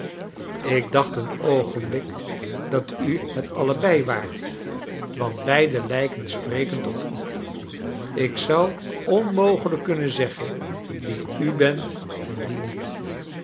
ik dacht een o ogenblik dat u bet allebei waart want beiden lijken sprekend op u ik zou onmogelijk kunnen zeggen wie u bent en wie niet